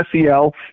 SEL